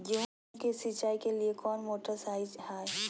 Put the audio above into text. गेंहू के सिंचाई के लिए कौन मोटर शाही हाय?